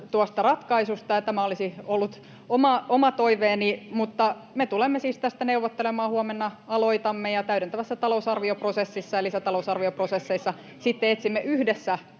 niitä julkisuudessa?] Se olisi ollut oma toiveeni, mutta me tulemme siis tästä neuvottelemaan. Huomenna aloitamme, ja täydentävässä talousarvioprosessissa ja lisätalousarvioprosesseissa sitten etsimme yhdessä